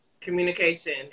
Communication